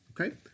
Okay